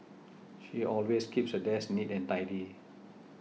she always keeps her desk neat and tidy